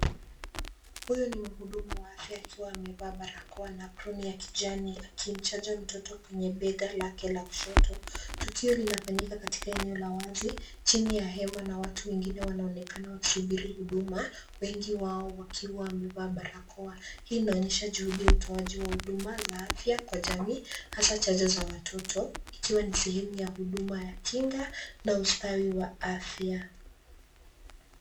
Huyu ni mhudumu wa afya akiwa amevaa barakoa na aproni ya kijani akimchanja mtoto kwenye bega lake la kushoto. Tukio linafanyika katika eneo la wazi, chini ya hema na watu wengine wanaonekana wakisubiri huduma wengi wao wakiwa wamevaa barakoa. Hii inaonyesha juhudi ya utoaji wa huduma za afya kwa jamii, hasa chanjo za watoto ikiwa ni sehemu ya huduma ya kinga na ustawi wa afya.